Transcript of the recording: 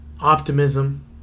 optimism